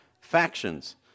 factions